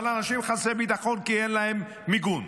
אבל האנשים חסרי ביטחון כי אין להם מיגון.